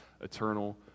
eternal